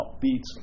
beats